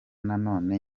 nanone